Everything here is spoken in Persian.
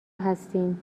هستین